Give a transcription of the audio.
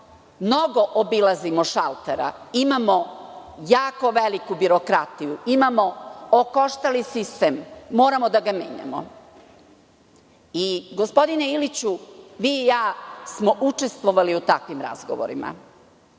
mnogo obilazimo šaltera, imamo jako veliku birokratiju, imamo okoštali sistem, moramo da ga menjamo. I, gospodine Iliću, vi i ja smo učestvovali u takvim razgovorima.